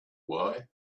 why